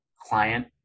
client